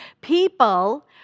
people